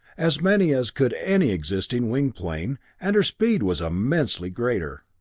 as many as could any existing winged plane, and her speed was immensely greater.